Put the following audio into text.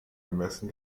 ermessen